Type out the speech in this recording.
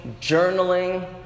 journaling